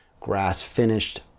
grass-finished